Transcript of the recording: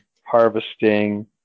harvesting